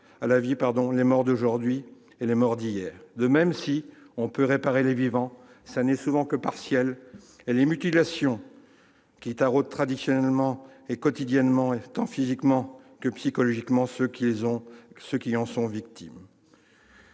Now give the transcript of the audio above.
à la vie les morts d'aujourd'hui et d'hier. De même, si l'on peut réparer les vivants, ce n'est souvent que partiellement. Les mutilations taraudent traditionnellement et quotidiennement, tant physiquement que psychologiquement, ceux qui en sont victimes.